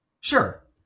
sure